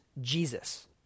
Jesus